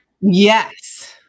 Yes